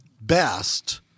best